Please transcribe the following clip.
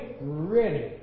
ready